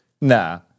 Nah